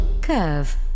Curve